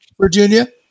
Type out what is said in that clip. Virginia